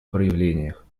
проявлениях